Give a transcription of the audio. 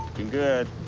and good.